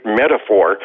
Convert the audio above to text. metaphor